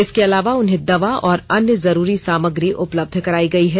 इसके अलावा उन्हें दवा और अन्य जरूरी सामग्री उपलब्ध कराई गयी है